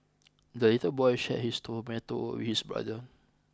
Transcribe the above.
the little boy shared his tomato with his brother